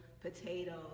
potatoes